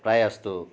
प्राय जस्तो